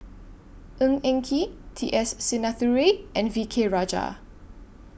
Ng Eng Kee T S Sinnathuray and V K Rajah